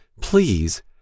Please